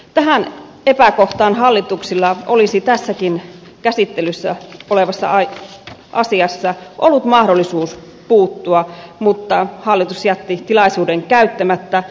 tähän epäkohtaan hallituksella olisi tässäkin käsittelyssä olevassa asiassa ollut mahdollisuus puuttua mutta hallitus jätti tilaisuuden käyttämättä